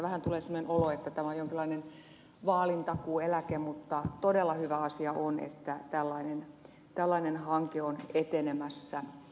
vähän tulee semmoinen olo että tämä on jonkinlainen vaalintakuueläke mutta todella hyvä asia on että tällainen hanke on etenemässä